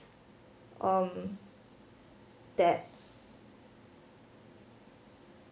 um that